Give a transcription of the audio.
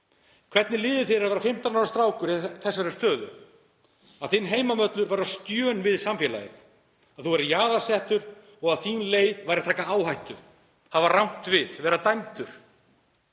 Hvernig liði þér að vera 15 ára strákur í þessari stöðu, að þinn heimavöllur væri á skjön við samfélagið, þú værir jaðarsettur og að þín leið væri að taka áhættu, hafa rangt við, vera dæmdur?